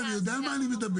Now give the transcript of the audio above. אני יודע על מה אני מדבר.